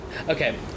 Okay